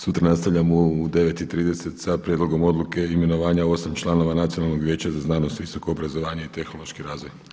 Sutra nastavljamo u 9,30 sa Prijedlogom odluke imenovanja 8 članova Nacionalnog vijeća za znanost, visoko obrazovanje i tehnološki razvoj.